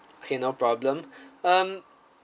okay no problem um